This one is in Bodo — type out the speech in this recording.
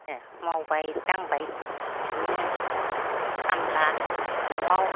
मावबाय दांबाय बिदिनो खामला न'आव